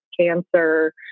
cancer